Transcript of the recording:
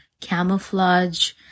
camouflage